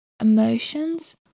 emotions